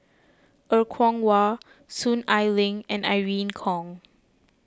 Er Kwong Wah Soon Ai Ling and Irene Khong